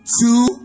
two